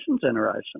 Generation